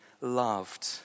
loved